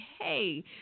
hey